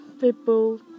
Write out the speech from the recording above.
people